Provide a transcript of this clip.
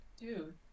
dude